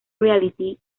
reality